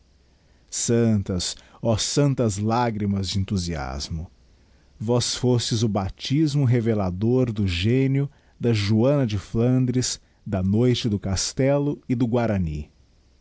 santas oh santas lagrimas de enthusiasmo vós fostes o baptismo revelador do génio da joanna de flandres da noite do castello e do guarany